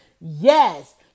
Yes